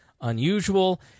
unusual